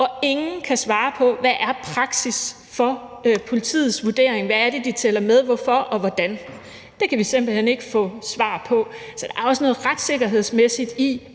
og ingen kan svare på, hvad praksis er for politiets vurdering, hvad det er, de tæller med, hvorfor og hvordan. Det kan vi simpelt hen ikke få svar på. Så der er også noget retssikkerhedsmæssigt i,